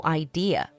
idea